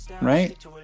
right